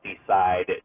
decide